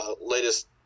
Latest